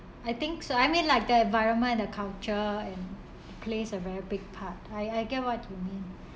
I think so I mean like the environment and the culture and plays a very big part I I get what you mean